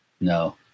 No